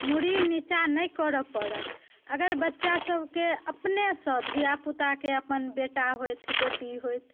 मूरी निचाँ नहि करय पड़त अगर बच्चासभके अपनेसँ धियापुताके अपन बेटा होथि बेटी होथि